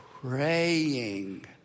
praying